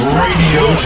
radio